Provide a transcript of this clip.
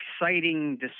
exciting